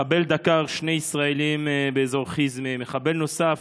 מחבל דקר שני ישראלים באזור חיזמה, מחבל נוסף